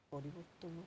ପରିବର୍ତ୍ତନ